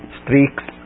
streaks